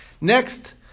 Next